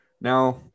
Now